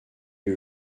eût